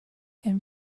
and